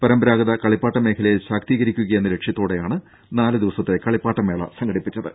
പരമ്പരാഗത കളിപ്പാട്ട മേഖലയെ ശാക്തീകരിക്കുക എന്ന ലക്ഷ്യത്തോടെയാണ് നാല് ദിവസത്തെ മേള സംഘടിപ്പിച്ചത്